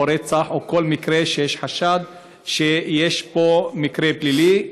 רצח או כל מקרה שיש חשד שיש בו מקרה פלילי.